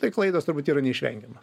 tai klaidos turbūt yra neišvengiamos